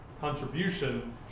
contribution